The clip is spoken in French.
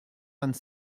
vingt